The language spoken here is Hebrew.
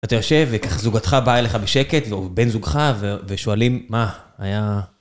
אתה יושב, וככה זוגתך באה אליך בשקט, או בן זוגך, ושואלים, מה? היה...